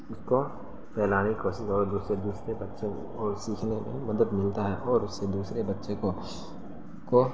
اس کو پھیلانے کی کوشش اور دوسرے دوسرے بچوں اور سیکھنے میں مدد ملتا ہے اور اس سے دوسرے بچے کو کو